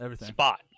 spot